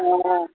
अह